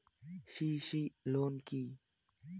CC loan কি?